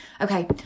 Okay